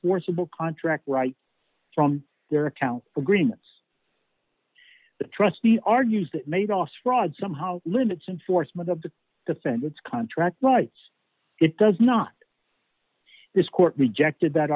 forceable contract right from their account agreements the trustee argues that made ostrov somehow limits in force made up the defendant's contract rights it does not this court rejected that